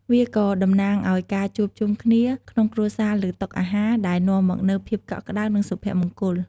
វាក៏តំណាងឱ្យ ការជួបជុំគ្នា ក្នុងគ្រួសារលើតុអាហារ ដែលនាំមកនូវភាពកក់ក្តៅ និងសុភមង្គល។